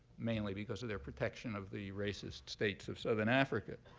mainly because of their protection of the racist states of southern africa.